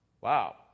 Wow